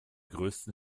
größten